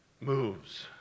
moves